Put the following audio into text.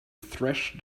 thresh